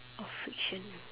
of friction